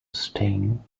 sting